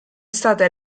stata